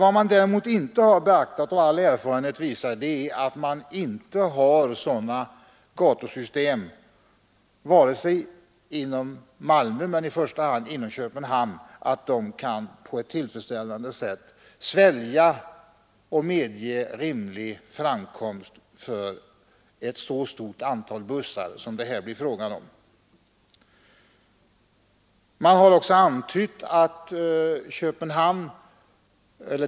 Vad man däremot inte har beaktat och vad all erfarenhet visar är att det inte finns sådana gatusystem vare sig i Malmö eller i Köpenhamn som kan på ett tillfredsställande sätt medge rimlig framkomst för ett så stort antal bussar som det här blir fråga om.